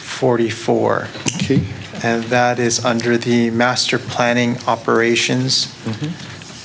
forty four and that is under the master planning operations